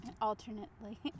alternately